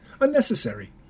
unnecessary